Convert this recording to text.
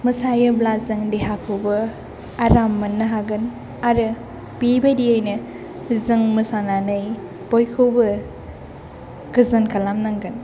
मोसायोब्ला जों देहाखौबो आराम मोन्नो हागोन आरो बेबायदियैनो जों मोसानानै बयखौबो गोजोन खालामनांगोन